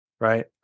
right